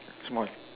small